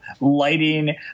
lighting